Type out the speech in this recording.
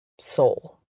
soul